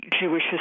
Jewish